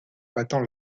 battant